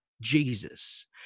jesus